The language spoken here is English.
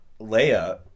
Leia